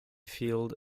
field